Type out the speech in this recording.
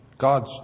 God's